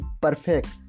perfect